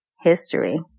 history